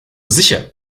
sicher